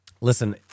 Listen